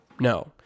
No